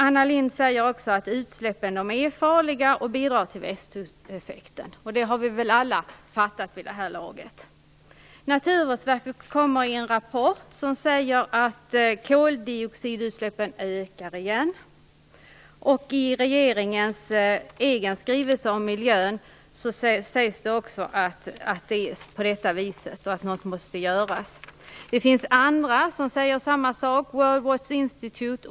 Anna Lindh säger också att utsläppen är farliga och bidrar till växthuseffekten. Det har vi väl alla förstått vid det här laget. Naturvårdsverket kom med en rapport där man säger att koldioxidutsläppen ökar igen. I regeringens egen skivelse om miljön sägs också att det är så och att någonting måste göras. Det finns andra som säger samma sak, t.ex. World Watch Institute.